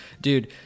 Dude